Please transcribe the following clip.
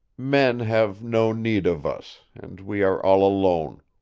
men have no need of us, and we are all alone.